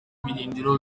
birindiro